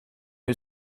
who